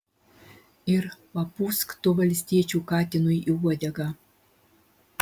ir papūsk tu valstiečių katinui į uodegą